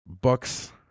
Bucks